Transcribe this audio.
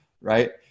right